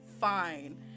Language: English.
fine